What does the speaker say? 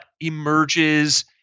emerges